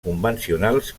convencionals